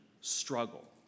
struggle